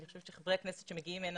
אני חושבת שחברי הכנסת שמגיעים לכאן,